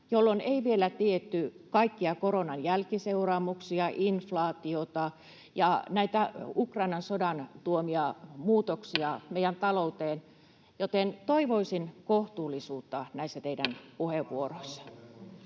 jolloin ei vielä tiedetty kaikkia koronan jälkiseuraamuksia, inflaatiota ja näitä Ukrainan sodan tuomia muutoksia meidän talouteen, joten toivoisin kohtuullisuutta näissä teidän [Puhemies